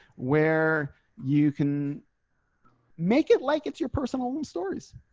where you can make it like it's your personal stories,